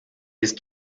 ist